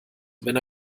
wenn